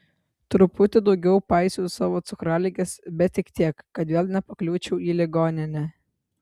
truputį daugiau paisiau savo cukraligės bet tik tiek kad vėl nepakliūčiau į ligoninę